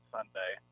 Sunday